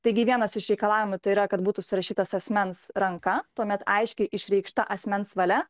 taigi vienas iš reikalavimų tai yra kad būtų surašytas asmens ranka tuomet aiškiai išreikšta asmens valia